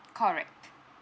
correct